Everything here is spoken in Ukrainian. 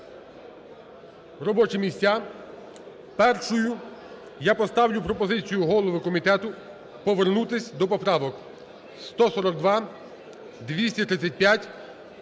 робочі місця. Першою я поставлю пропозицію голови комітету повернутись до поправок: 142, 235,